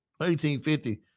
1850